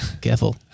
Careful